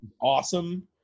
Awesome